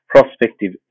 prospective